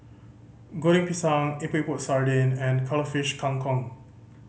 Goreng Pisang Epok Epok Sardin and Cuttlefish Kang Kong